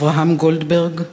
אברהם גולדברג,